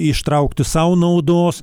ištraukti sau naudos